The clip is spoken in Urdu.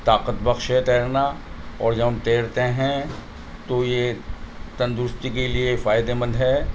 طاقت بخش ہے تیرنا اور جب ہم تیرتے ہیں تو یہ تندرستی کے لیے فائدے مند ہے